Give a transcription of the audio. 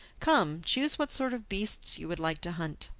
come, choose what sort of beasts you would like to hunt.